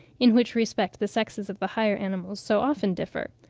in which respect the sexes of the higher animals so often differ.